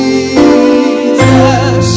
Jesus